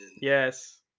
Yes